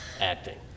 acting